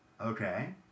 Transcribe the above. Okay